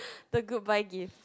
the goodbye gift